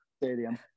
stadium